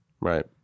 Right